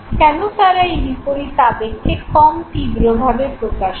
কেন তারা এই বিপরীত আবেগকে কম তীব্র ভাবে প্রকাশ করে